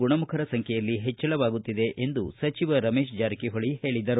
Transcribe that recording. ಗುಣಮಖರ ಸಂಖ್ಯೆಯಲ್ಲಿ ಹೆಚ್ಚಳವಾಗುತ್ತಿದೆ ಎಂದು ಸಚಿವ ರಮೇಶ್ ಜಾರಿಕಿಹೊಳಿ ಹೇಳಿದರು